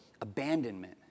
abandonment